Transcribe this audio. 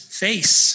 face